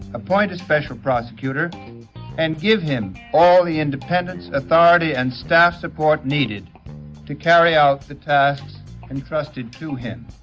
appoint a special prosecutor and give him all the independence, authority, and staff support needed to carry out the tasks entrusted to him